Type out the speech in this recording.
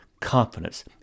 confidence